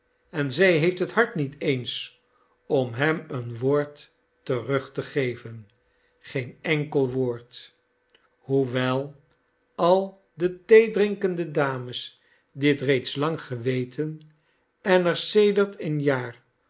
en zij heeft het hart niet eens om hem een woord terug te geven geen enkel woord hoewel al de theedrinkende dames dit reeds lang geweten en er sedert een jaar